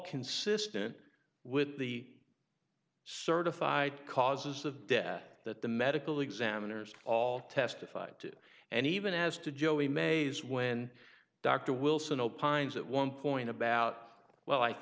consistent with the certified causes of death that the medical examiners all testified to and even as to joey maes when dr wilson opines at one point about well i